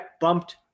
bumped